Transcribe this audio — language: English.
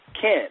Ken